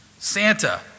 Santa